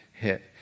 hit